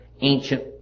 ancient